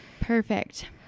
Perfect